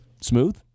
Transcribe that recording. Smooth